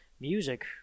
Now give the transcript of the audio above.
music